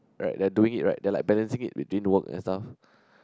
right they are doing it right they are like balancing it between work and stuff